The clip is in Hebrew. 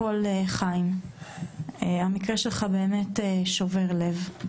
חיים, המקרה שלך באמת שובר לב.